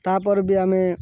ତା'ପରେ ବି ଆମେ